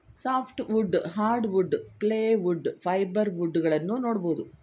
soft wood, hardwood, plywood, fibre wood ಗಳನ್ನೂ ನೋಡ್ಬೋದು